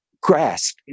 grasp